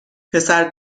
پسر